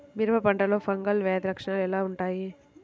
మిరప పంటలో ఫంగల్ వ్యాధి లక్షణాలు ఎలా వుంటాయి?